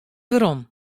werom